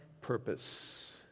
purpose